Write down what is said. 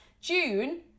june